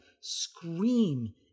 scream